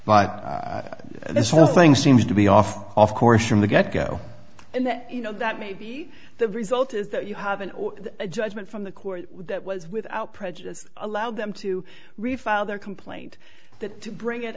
but this whole thing seems to be off off course from the get go and that you know that maybe the result is that you have an judgment from the court that was without prejudice allowed them to refile their complaint that to bring it